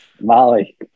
Molly